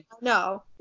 no